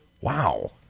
wow